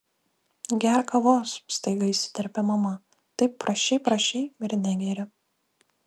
gerk kavos staiga įsiterpė mama taip prašei prašei ir negeri